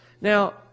Now